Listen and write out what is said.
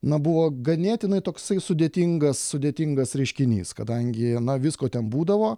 na buvo ganėtinai toksai sudėtingas sudėtingas reiškinys kadangi na visko ten būdavo